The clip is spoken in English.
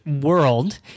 world